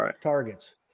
targets